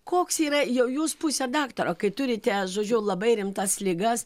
koks yra jau jūs pusė daktaro kai turite žodžiu labai rimtas ligas